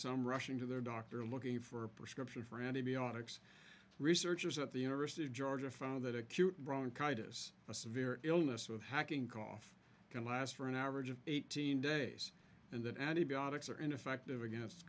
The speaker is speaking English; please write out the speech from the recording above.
some rushing to their doctor looking for a prescription for antibiotics researchers at the university of georgia found that acute bronchitis a severe illness of hacking cough can last for an average of eighteen days and that antibiotics are ineffective against